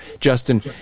Justin